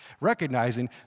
Recognizing